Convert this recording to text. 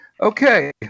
Okay